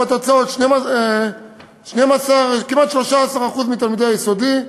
התוצאות: כמעט 13% מתלמידי היסודי,